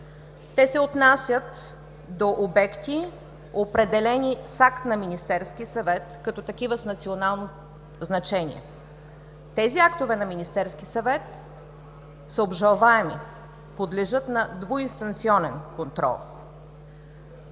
Те се отнасят до обекти, определени с акт на Министерския съвет като такива с национално значение. Тези актове на Министерския съвет са обжалваеми, подлежат на двуинстанционен контрол.